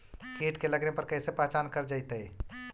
कीट के लगने पर कैसे पहचान कर जयतय?